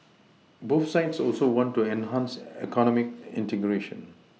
both sides also want to enhance economic integration